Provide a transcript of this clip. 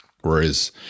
Whereas